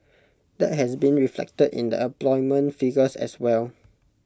that has been reflected in the employment figures as well